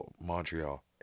Montreal